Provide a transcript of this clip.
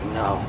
no